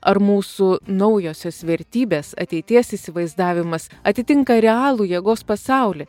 ar mūsų naujosios vertybės ateities įsivaizdavimas atitinka realų jėgos pasaulį